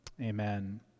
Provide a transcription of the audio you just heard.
Amen